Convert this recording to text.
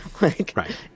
Right